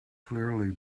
clearly